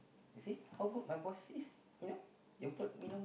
you see how good my boss is